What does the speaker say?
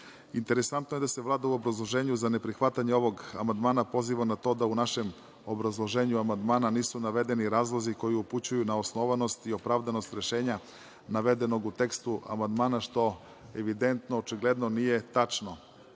smisao. Interesantno je da se Vlada u obrazloženju za neprihvatanje ovog amandmana poziva na to da u našem obrazloženju amandmana nisu navedeni razlozi koji upućuju na osnovanost i opravdanost rešenja navedenog u tekstu amandmana, što evidentno očigledno nije tačno,